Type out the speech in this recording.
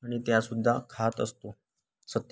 आणि त्या सुद्धा खात असतो सत्या